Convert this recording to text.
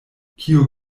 kiu